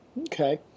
Okay